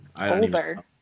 Older